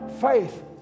faith